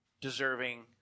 deserving